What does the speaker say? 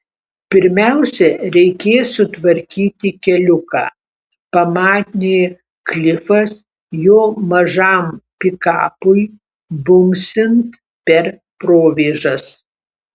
pirmiausia reikės sutvarkyti keliuką pamanė klifas jo mažam pikapui bumbsint per provėžas